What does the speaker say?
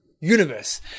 universe